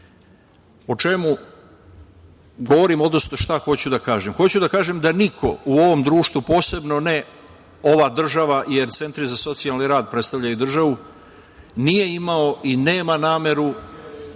čemu govorim, odnosno šta hoću da kažem? Hoću da kažem da niko u ovom društvu, posebno ne ova država, jer centri za socijalni rad predstavljaju državu, nije imao i nema nameru